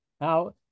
Now